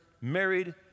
married